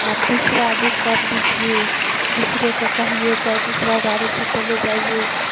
आप दूसरा बुक कर लीजिए दूसरे को कहिए चाहे दूसरा गाड़ी से चले जाएं